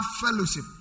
fellowship